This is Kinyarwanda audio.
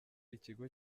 ikigo